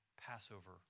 Passover